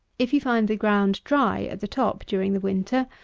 if you find the ground dry at the top during the winter,